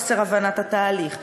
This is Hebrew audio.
אי-הבנת התהליך,